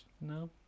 No